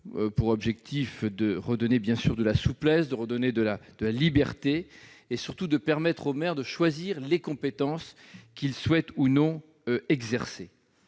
pour objectif de redonner, bien sûr, de la souplesse et de la liberté, et surtout de permettre aux maires de choisir les compétences qu'ils souhaitent ou non exercer.